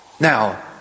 Now